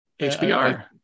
hbr